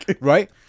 right